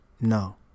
No